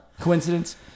Coincidence